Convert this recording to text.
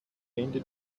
ende